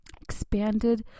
expanded